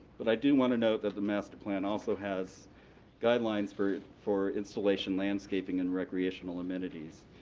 but i do want to note that the master plan also has guidelines for for installation landscaping and recreational amenities.